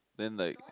then like